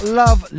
love